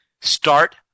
start